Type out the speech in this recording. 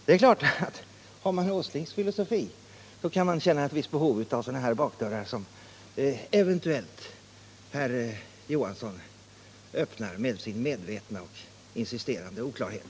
Det är klart att har man herr Åslings filosofi, kan man känna ett visst behov av sådana här bakdörrar som, eventuellt, herr Johansson öppnar med sin medvetna och insisterande oklarhet.